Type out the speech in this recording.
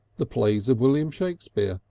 the plays of william shakespeare,